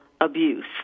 abuse